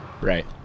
Right